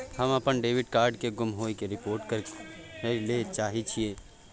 हम अपन debit card के गुम होय के रिपोर्ट करय ले चाहय छियै